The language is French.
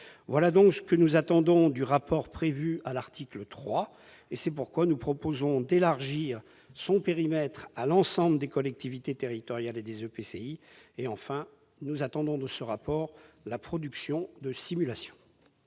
Voilà ce que nous attendons du rapport prévu à l'article 3 du présent texte. C'est pourquoi nous proposons d'élargir son périmètre à l'ensemble des collectivités territoriales et des EPCI. Nous attendons également de ce rapport la production de simulations.